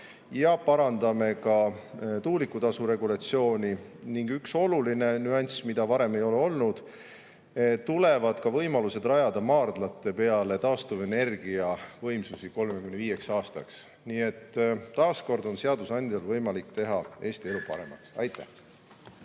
Parandame ka tuulikutasu regulatsiooni. Üks oluline nüanss, mida varem ei ole olnud: tulevad võimalused rajada maardlate peale taastuvenergia võimsusi 35 aastaks. Nii et taas kord on seadusandjal võimalik teha Eesti elu paremaks. Aitäh!